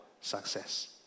success